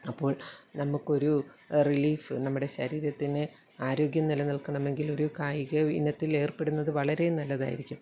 അപ്പോൾ നമുക്കൊരു റിലീഫ് നമ്മുടെ ശരീരത്തിന് ആരോഗ്യം നിലനിൽക്കണമെങ്കിൽ ഒരു കായിക ഇനത്തിൽ ഏർപ്പെടുന്നത് വളരെ നല്ലതായിരിക്കും